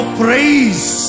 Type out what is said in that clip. praise